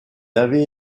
avait